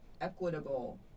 equitable